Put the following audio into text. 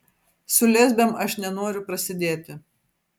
su lesbėm aš nenoriu prasidėti